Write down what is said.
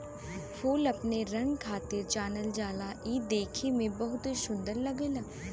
फूल अपने रंग खातिर जानल जाला इ देखे में बहुते सुंदर लगला